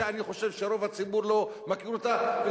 שאני חושב שרוב הציבור לא מכיר אותה,